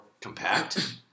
compact